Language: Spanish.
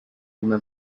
una